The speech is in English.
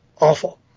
awful